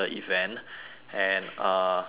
and uh but